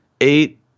eight